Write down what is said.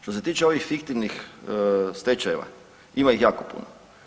Što se tiče ovih fiktivnih stečajeva, ima ih jako puno.